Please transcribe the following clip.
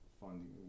funding